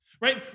right